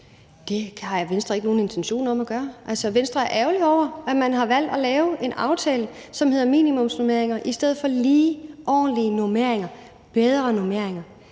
Det har Venstre ikke nogen intentioner om at gøre. Venstre er ærgerlig over, at man har valgt at lave en aftale, som hedder minimumsnormeringer i stedet for lige, ordentlige normeringer, bedre normeringer.